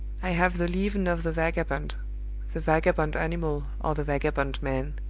i have the leaven of the vagabond the vagabond animal, or the vagabond man,